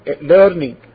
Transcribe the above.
learning